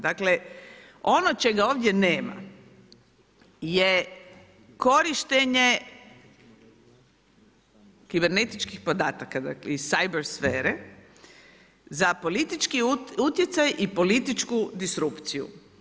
Dakle ono čega ovdje nema je korištenje kibernetičkih podataka iz cyber sfere za politički utjecaj i političku disrupciju.